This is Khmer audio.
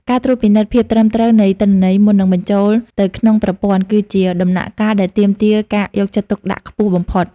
ការត្រួតពិនិត្យភាពត្រឹមត្រូវនៃទិន្នន័យមុននឹងបញ្ជូនទៅក្នុងប្រព័ន្ធ គឺជាដំណាក់កាលដែលទាមទារការយកចិត្តទុកដាក់ខ្ពស់បំផុត។